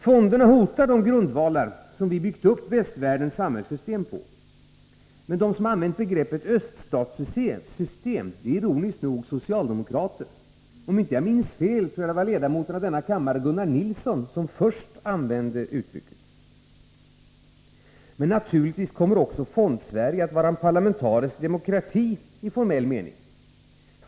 Fonderna hotar de grundvalar som vi byggt upp västvärldens samhällssystem på. De som använt begreppet öststatssystem är, ironiskt nog, socialdemokrater. Om jag inte minns fel, var det ledamoten av denna kammare Gunnar Nilsson som först använde uttrycket. Naturligtvis kommer också Fondsverige att vara en parlamentarisk demokrati i formell mening.